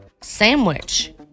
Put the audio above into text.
sandwich